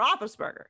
Roethlisberger